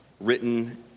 written